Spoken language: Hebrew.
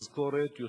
תזכורת,